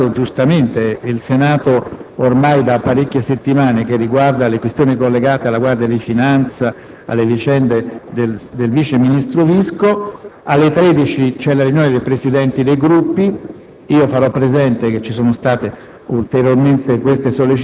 Vorrei dire, sulla vicenda che ha interessato giustamente il Senato ormai da parecchie settimane, che riguarda le questioni collegate alla Guardia di finanza, le vicende del vice ministro Visco, che alle ore 13, quando ci sarà la riunione dei Presidenti dei Gruppi,